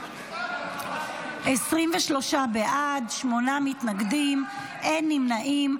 23 בעד, שמונה מתנגדים, אין נמנעים.